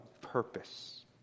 purpose